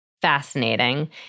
fascinating